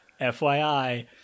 FYI